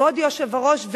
כבוד היושב-ראש,